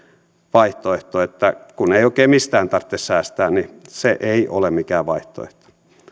vaihtoehto että kun ei oikein mistään tarvitse säästää ei ole mikään vaihtoehto